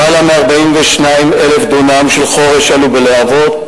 למעלה מ-42,000 דונם של חורש עלו בלהבות,